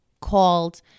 called